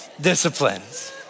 disciplines